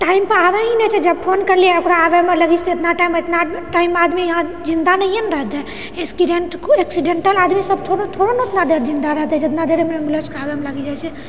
time पर आबै ही नहि छै जब फोन करलियै ओकरा आबैमे लागै छै एतना टाइम एतना टाइममे आदमी इहाँ जिन्दा नहिए ने रहतै एस्किडेन्टके एक्सिडेन्टल आदमी सभ थो थोड़े ने एतना देर जिन्दा रहतै जितना देर एम्बुलेन्सके आबैमे लागि जाइ छै